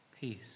Peace